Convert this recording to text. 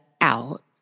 out